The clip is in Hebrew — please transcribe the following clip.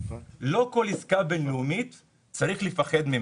לא כל עסקה בינלאומית צריך לפחד ממנה.